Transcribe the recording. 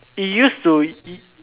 it used to